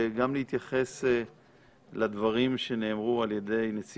גם להתייחס לדברים שנאמרו על ידי נציג